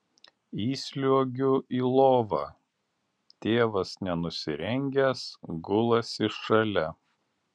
įsliuogiu į lovą tėvas nenusirengęs gulasi šalia